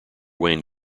wayne